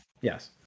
yes